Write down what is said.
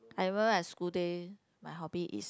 I remember I school day my hobby is